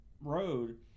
road